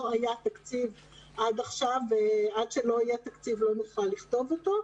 לא היה תקציב עד עכשיו ועד שלא יהיה תקציב לא נוכל לכתוב אותו.